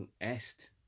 est